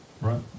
Right